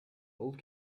old